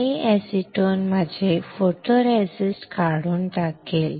हे एसीटोन माझे फोटोरेसिस्ट काढून टाकेल